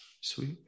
Sweet